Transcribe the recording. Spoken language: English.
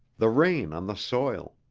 the rain on the soil,